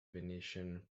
venetian